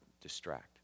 distract